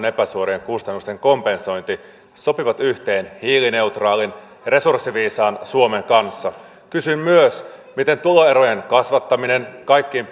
epäsuorien kustannusten kompensointi sopivat yhteen hiilineutraalin resurssiviisaan suomen kanssa kysyn myös miten tuloerojen kasvattaminen kaikkein